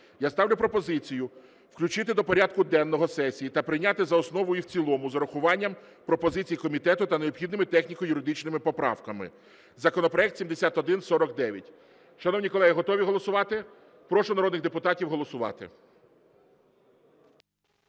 Я ставлю пропозицію включити до порядку денного сесії та прийняти за основу і в цілому з урахуванням пропозицій комітету та необхідними техніко-юридичними поправками законопроект 7149. Шановні колеги, готові голосувати? Прошу народних депутатів голосувати.